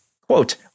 quote